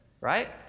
Right